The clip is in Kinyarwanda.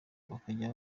bakajya